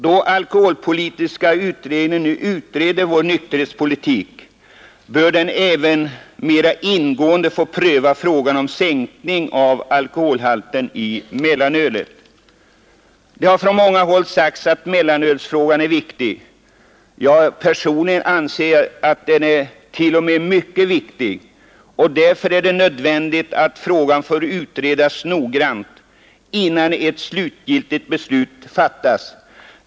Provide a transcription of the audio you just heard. Då alkoholpolitiska utredningen nu utreder vår nykterhetspolitik, bör den även mera ingående få pröva frågan om en sänkning av alkoholhalten i mellanölet. Det har från många håll sagts att mellanölsfrågan är viktig. Jag anser personligen att den t.o.m. är mycket viktig, och därför är det nödvändigt att frågan får utredas noggrant, innan ett slutgiltigt beslut fattas.